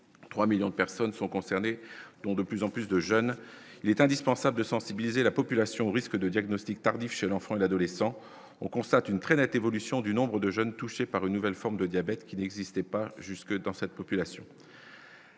3 millions de personnes sont concernées dont de plus en plus de jeunes, il est indispensable de sensibiliser la population risque de diagnostic tardif chez l'enfant et l'adolescent, on constate une très nette évolution du nombre de jeunes touchés par une nouvelle forme de diabète qui n'existait pas jusque dans cette population.